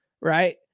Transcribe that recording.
right